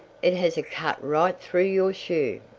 it has cut right through your shoe.